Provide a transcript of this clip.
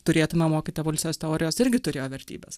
turėtume mokyti evoliucijos teorijos irgi turėjo vertybes